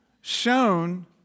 shown